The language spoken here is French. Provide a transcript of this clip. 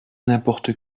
n’importe